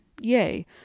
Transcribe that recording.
Yay